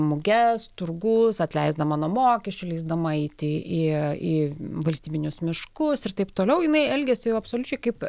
muges turgus atleisdama nuo mokesčių leisdama eiti į į valstybinius miškus ir taip toliau jinai elgėsi absoliučiai kaip